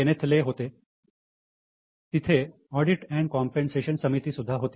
तिथे लेखा आणि आपूर्ति म्हणजे ऑडिट अँड कॉम्पेन्सेशन समिती सुद्धा होती